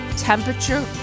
temperature